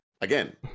Again